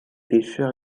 pêcheurs